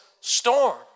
storm